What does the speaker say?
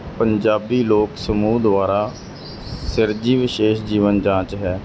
ਪੰਜਾਬੀ ਲੋਕ ਸਮੂਹ ਦੁਆਰਾ ਸਿਰਜੀ ਵਿਸ਼ੇਸ਼ ਜੀਵਨ ਜਾਂਚ ਹੈ